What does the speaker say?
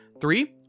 Three